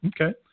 Okay